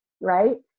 right